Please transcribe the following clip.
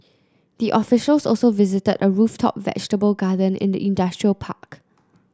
the officials also visited a rooftop vegetable garden in the industrial park